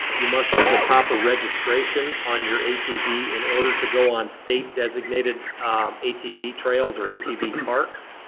you must have the proper registration on your atv in order to go on state designated atv trails or atv parks.